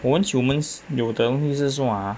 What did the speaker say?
我们 humans 有的东西是说啊